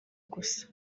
gusa